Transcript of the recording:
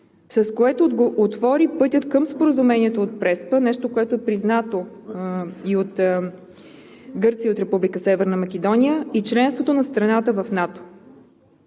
с което отвори пътя към Споразумението от Преспа, нещо което е признато и от Гърция, и от Република Северна Македония, и членството на страната в НАТО.